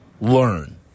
learn